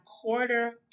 quarter